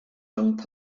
rhwng